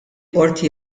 qorti